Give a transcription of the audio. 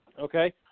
okay